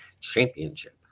Championship